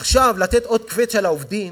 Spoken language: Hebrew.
עכשיו לתת עוד קווץ' על העובדים